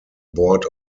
board